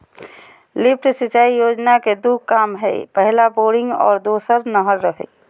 lift सिंचाई योजना के दू काम हइ पहला बोरिंग और दोसर नहर हइ